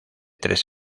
tres